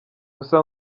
gusa